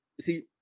see